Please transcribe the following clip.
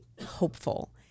hopeful